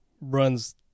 runs